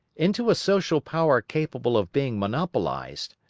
into a social power capable of being monopolised,